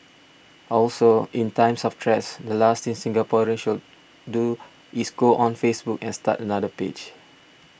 also in times of threats the last thing Singaporeans should do is go on Facebook and start another page